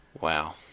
wow